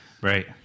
Right